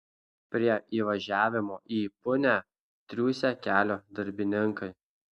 prie įvažiavimo į punią triūsė kelio darbininkai